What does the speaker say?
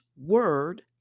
word